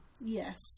Yes